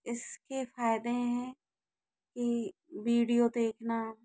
इसके फ़ायदे हैं कि वीडियो देखना